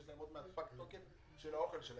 יש להם עוד מעט פג תוקף של האוכל שלהם,